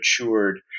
matured